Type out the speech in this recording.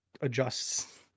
adjusts